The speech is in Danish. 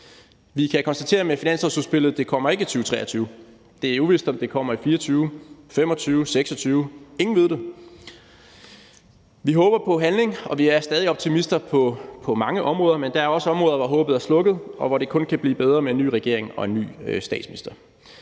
Vi kan med finanslovsudspillet konstatere, at det ikke kommer i 2023. Det er uvist, om det kommer i 2024, 2025 eller 2026 – ingen ved det. Vi håber på handling, og vi er stadig optimister på mange områder, men der er også områder, hvor håbet er slukket, og hvor det kun kan blive bedre med en ny regering og en ny statsminister.